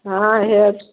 हाँ है